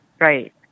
Right